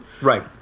Right